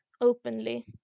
openly